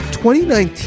2019